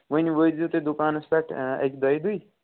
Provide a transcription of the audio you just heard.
ؤنۍ وٲتۍزیو تُہۍ دُکانَس پٮ۪ٹھ اَکہِ دۄیہِ دُہہِ